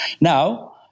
Now